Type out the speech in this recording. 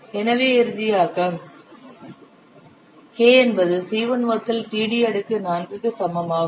எனவே இறுதியாக k என்பது C1 வகுத்தல் td அடுக்கு 4க்கு சமம் ஆகும்